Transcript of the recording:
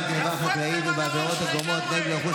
גנבה חקלאית ובעבירות הגורמות נזק לרכוש